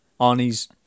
Arnie's